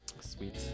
sweet